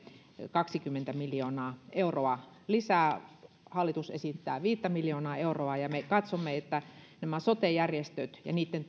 kaksikymmentä miljoonaa euroa lisää hallitus esittää viittä miljoonaa euroa me katsomme että näillä sote järjestöillä ja niitten